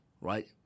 right